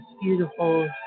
beautiful